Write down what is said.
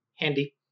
Handy